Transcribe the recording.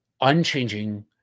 unchanging